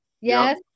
Yes